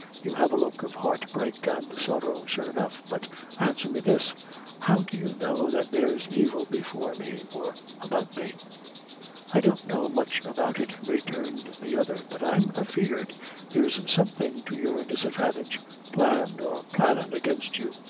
you have a look of heart-break and sorrow, sure enough. but answer me this how do you know that there's evil before me or, about me i don't know much about it, returned the other but i'm afeard there's something to your disadvantage planned or plannin' against you.